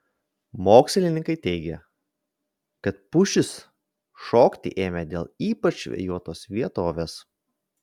mokslininkai teigia kad pušys šokti ėmė dėl ypač vėjuotos vietovės